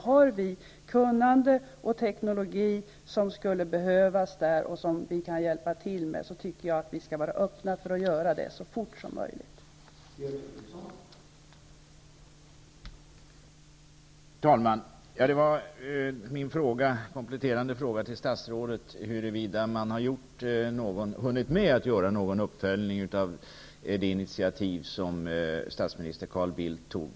Har vi kunnande och teknologi som skulle behövas där och som vi kan hjälpa till med skall vi vara öppna för att göra det så fort som möjligt, tycker jag.